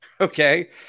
Okay